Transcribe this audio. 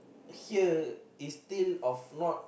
here is still of not